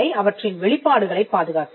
அவற்றின் வெளிப்பாடுகளைப் பாதுகாக்கிறது